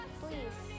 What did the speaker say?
please